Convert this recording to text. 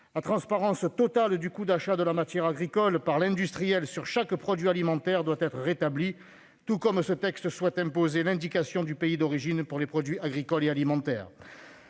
La transparence totale du coût d'achat de la matière agricole par l'industriel sur chaque produit alimentaire doit être rétablie, tout comme ce texte souhaite imposer l'indication du pays d'origine pour les produits agricoles et alimentaires.